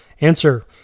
ANSWER